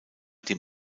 dem